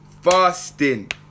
fasting